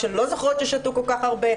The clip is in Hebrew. שלא זוכרות ששתו כל כך הרבה,